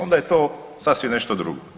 Onda je to sasvim nešto drugo.